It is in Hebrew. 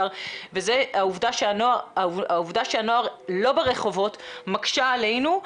העובדה שהנוער לא ברחובות מקשה עלינו,